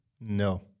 no